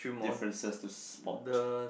differences to spot